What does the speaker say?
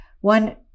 One